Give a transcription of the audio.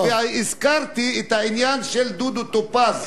והזכרתי את העניין של דודו טופז,